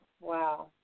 Wow